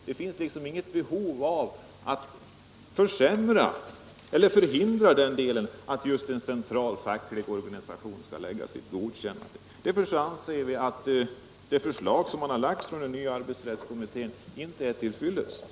Det finns liksom inget behov av att förhindra forskningen där genom att säga att en central facklig organisation skall lämna sitt godkännande. Därför anser vi att det förslag som den nya arbetsrättskommittén har lagt inte är till fyllest.